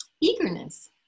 eagerness